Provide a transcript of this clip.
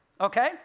okay